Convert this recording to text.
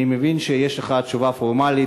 אני מבין שיש לך תשובה פורמלית,